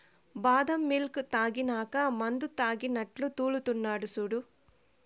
బాదం మిల్క్ తాగినాక మందుతాగినట్లు తూల్తున్నడు సూడు